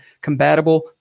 compatible